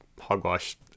hogwash